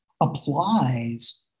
applies